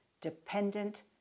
dependent